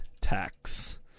Tax